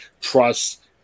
trust